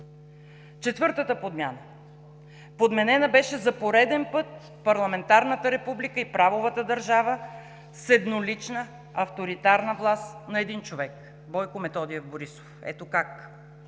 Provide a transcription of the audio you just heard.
Четвъртата подмяна – подменена беше за пореден път парламентарната република и правовата държава с еднолична авторитарна власт на един човек – Бойко Методиев Борисов. Ето как: